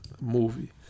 Movie